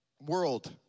world